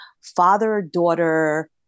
father-daughter